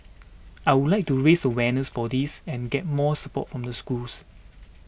I would like to raise awareness for this and get more support from the schools